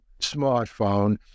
smartphone